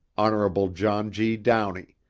hon. john g. downey,